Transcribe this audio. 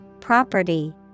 property